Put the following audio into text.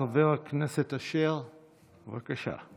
חבר הכנסת אשר, בבקשה.